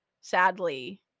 sadly